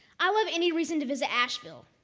i love any reason to visit ashville.